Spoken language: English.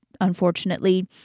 unfortunately